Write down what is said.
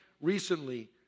recently